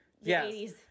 yes